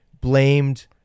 blamed